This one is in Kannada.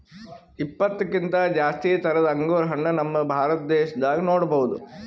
ಇಪ್ಪತ್ತಕ್ಕಿಂತ್ ಜಾಸ್ತಿ ಥರದ್ ಅಂಗುರ್ ಹಣ್ಣ್ ನಮ್ ಭಾರತ ದೇಶದಾಗ್ ನೋಡ್ಬಹುದ್